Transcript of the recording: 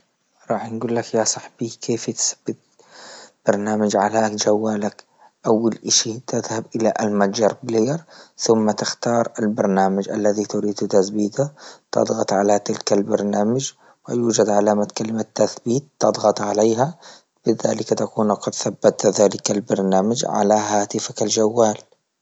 راح نقول لك يا صاحبي تسبت برنامج على جوالك، أول إشي تذهب إلى المتجر بلير ثم تختار البرنامج الذي تريده تثبيته تضغط على تلك البرنامج ويوجد علامة كلمة تثبيت تضغط عليها، لذلك تكون قد ثبت ذلك برنامج على هاتفك الجوال.